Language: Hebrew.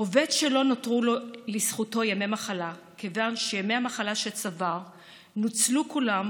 עובד שלא נותרו לזכותו ימי מחלה כיוון שימי המחלה שצבר נוצלו כולם,